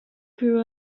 grew